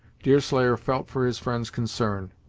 deerslayer felt for his friend's concern,